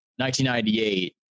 1998